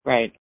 Right